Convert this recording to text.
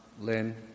Lynn